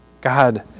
God